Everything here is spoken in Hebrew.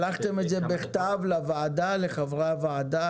לחתם את זה בכתב לחברי הוועדה?